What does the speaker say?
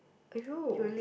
!aiyo!